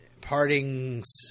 Partings